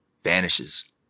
vanishes